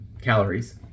calories